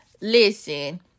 listen